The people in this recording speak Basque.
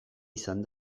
izan